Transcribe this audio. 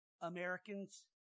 Americans